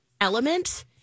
element